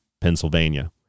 Pennsylvania